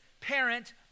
parent